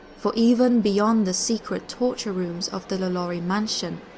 for even beyond the secret torture rooms of the lalaurie mansion,